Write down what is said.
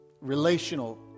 Relational